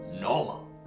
normal